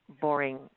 boring